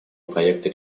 проекта